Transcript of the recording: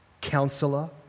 Counselor